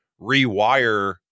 rewire